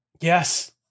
Yes